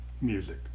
music